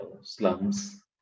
slums